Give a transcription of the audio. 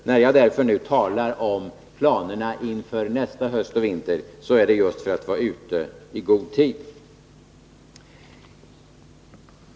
När jag därför nu talar om planerna inför nästa höst och vinter är det just för att vara ute i god tid.